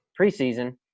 preseason